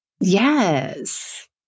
Yes